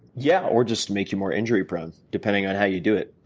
yeah, or just make you more injury-prone depending on how you do it.